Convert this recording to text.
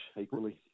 equally